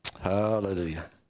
Hallelujah